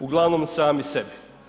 Uglavnom sami sebi.